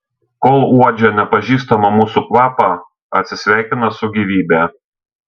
kol uodžia nepažįstamą mūsų kvapą atsisveikina su gyvybe